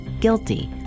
guilty